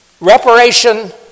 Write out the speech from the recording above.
Reparation